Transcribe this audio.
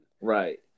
Right